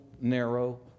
narrow